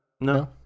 No